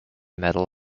medal